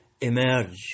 emerge